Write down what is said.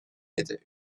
yedi